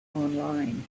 online